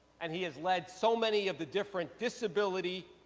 and he has led so many of the different disability